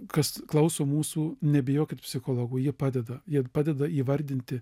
kas klauso mūsų nebijokit psichologų jie padeda jie padeda įvardinti